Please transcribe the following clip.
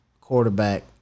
quarterback